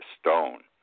stone